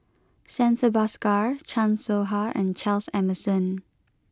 Santha Bhaskar Chan Soh Ha and Charles Emmerson